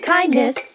Kindness